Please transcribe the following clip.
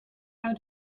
how